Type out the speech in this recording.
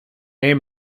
aim